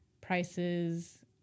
prices